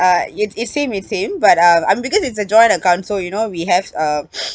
uh ye~ it's same it's same but um I'm because it's a joint account so you know we have a